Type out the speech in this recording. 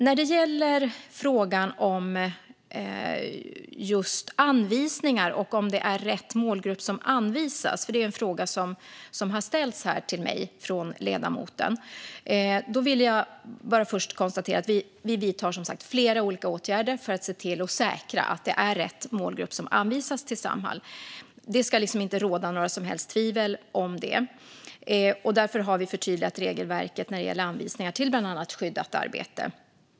När det gäller frågan om anvisningar och om det är rätt målgrupp som anvisas - det är ju en fråga som har ställts till mig av ledamoten - vill jag först konstatera att vi som sagt vidtar flera olika åtgärder för att säkerställa att det är rätt målgrupp som anvisas till Samhall. Det ska liksom inte råda något som helst tvivel om det. Därför har vi förtydligat regelverket när det gäller anvisningar till bland annat skyddat arbete.